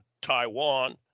Taiwan